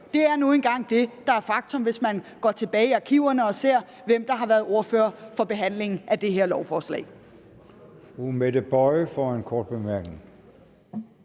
Det er nu engang det, der er faktum, hvis man går tilbage i arkiverne og ser, hvem der har været ordfører i behandlingen af det her lovforslag.